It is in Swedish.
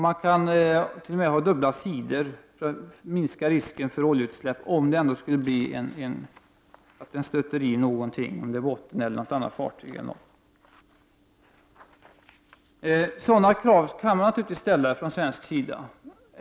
Man kan t.o.m. ha dubbla sidor för att minska risken för oljeutsläpp, om det ändå skulle bli så att fartyget stöter i något, t.ex. havsbottnen eller något annat fartyg. Sådana krav kan naturligtvis ställas från svensk sida.